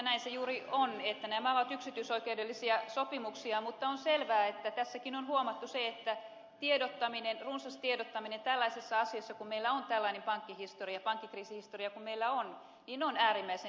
näin se juuri on että nämä ovat yksityisoikeudellisia sopimuksia mutta on selvää että tässäkin on huomattu se että runsas tiedottaminen tällaisessa asiassa kun meillä on tällainen pankkikriisihistoria kuin meillä on on äärimmäisen tärkeää